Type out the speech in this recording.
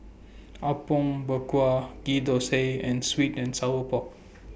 Apom Berkuah Ghee Thosai and Sweet and Sour Pork